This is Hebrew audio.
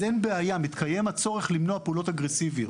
אין בעיה ומתקיים הצורך למנוע פעולות אגרסיביות.